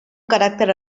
caràcter